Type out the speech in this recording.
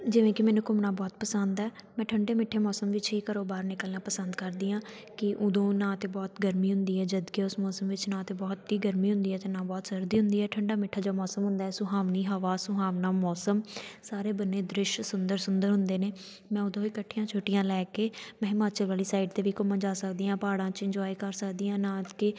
ਜਿਵੇਂ ਕਿ ਮੈਨੂੰ ਘੁੰਮਣਾ ਬਹੁਤ ਪਸੰਦ ਹੈ ਮੈਂ ਠੰਡੇ ਮਿੱਠੇ ਮੋਸਮ ਵਿੱਚ ਹੀ ਘਰੋਂ ਬਾਹਰ ਨਿਕਲਨਾ ਪਸੰਦ ਕਰਦੀ ਹਾਂ ਕਿ ਉਦੋਂ ਨਾ ਤਾਂ ਬਹੁਤ ਗਰਮੀ ਹੁੰਦੀ ਹੈ ਜਦਕਿ ਉਸ ਮੋਸਮ ਵਿੱਚ ਨਾ ਤਾਂ ਬਹੁਤ ਹੀ ਗਰਮੀ ਹੁੰਦੀ ਹੈ ਅਤੇ ਨਾ ਬਹੁਤ ਸਰਦੀ ਹੁੰਦੀ ਹੈ ਠੰਡਾ ਮਿੱਠਾ ਜਾ ਮੋਸਮ ਹੁੰਦਾ ਸੁਹਾਵਣੀ ਹਵਾ ਸੁਹਾਵਣਾ ਮੋਸਮ ਸਾਰੇ ਬੰਨੇ ਦ੍ਰਿਸ਼ ਸੁੰਦਰ ਸੁੰਦਰ ਹੁੰਦੇ ਨੇ ਮੈਂ ਉਦੋਂ ਵੀ ਇਕੱਠੀਆਂ ਛੁੱਟੀਆਂ ਲੈ ਕੇ ਮੈਂ ਹਿਮਾਚਲ ਵਾਲੀ ਸਾਈਡ 'ਤੇ ਵੀ ਘੁੰਮਣ ਜਾ ਸਕਦੀ ਹਾਂ ਪਹਾੜਾਂ 'ਚ ਇੰਨਜੋਏ ਕਰ ਸਕਦੀ ਹਾਂ ਨਾ ਕਿ